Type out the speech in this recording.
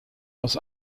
aus